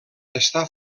està